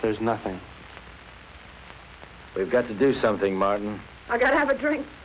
there's nothing we've got to do something martin i've got to have a drink